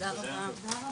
הישיבה ננעלה בשעה 11:10.